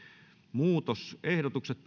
muutosehdotukset